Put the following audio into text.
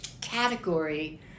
category